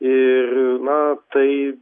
ir na tai